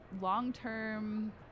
long-term